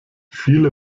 viele